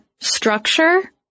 structure